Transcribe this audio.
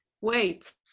wait